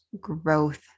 growth